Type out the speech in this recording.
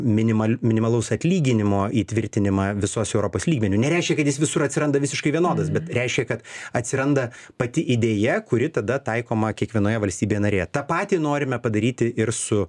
minimal minimalaus atlyginimo įtvirtinimą visos europos lygmeniu nereiškia kad jis visur atsiranda visiškai vienodas bet reiškia kad atsiranda pati idėja kuri tada taikoma kiekvienoje valstybėje narėje tą patį norime padaryti ir su